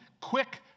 quick